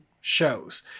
shows